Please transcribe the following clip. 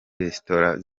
restaurant